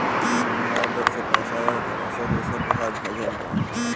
money order से पैसा एक जगह से दूसर जगह भेजल जा हय